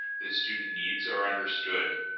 that student needs are understood,